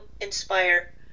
inspire